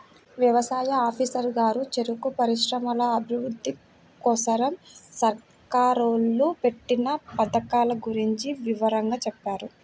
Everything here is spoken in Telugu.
యవసాయ ఆఫీసరు గారు చెరుకు పరిశ్రమల అభిరుద్ధి కోసరం సర్కారోళ్ళు పెట్టిన పథకాల గురించి వివరంగా చెప్పారు